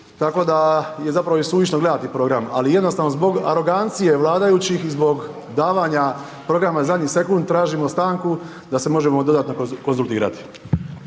tako da je zapravo i suvišno gledati program, ali jednostavno zbog arogancije vladajućih, zbog davanja programa zadnji sekunda, tražimo stanku da se možemo dodatno konzultirati.